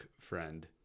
friend